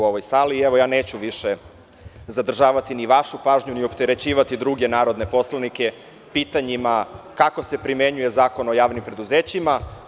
Evo neću više zadržavati ni vašu pažnju ni opterećivati druge narodne poslanike, pitanjima kako se primenjuje Zakon o javnim preduzećima.